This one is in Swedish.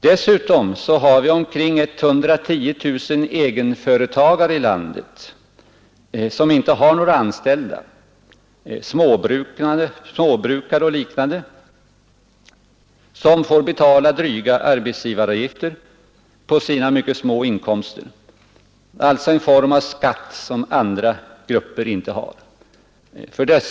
Dessutom har vi omkring 110 000 egenföretagare i landet som inte har några anställda — småbrukare och liknande — som får betala dryga arbetsgivaravgifter på sina mycket små inkomster, alltså en form av skatt som andra grupper inte har.